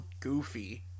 goofy